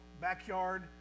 backyard